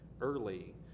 early